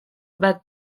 bat